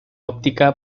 óptica